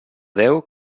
déu